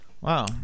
Wow